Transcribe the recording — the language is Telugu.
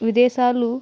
విదేశాలు